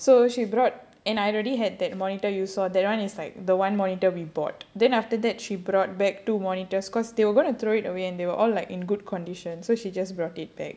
so she brought and I already had that monitor you saw that [one] is like the [one] monitor we bought then after that she brought back two monitors because they were going to throw it away and they were all like in good condition so she just brought it back